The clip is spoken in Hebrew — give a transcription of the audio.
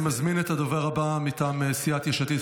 אני מזמין את הדובר הבא מטעם סיעת יש עתיד,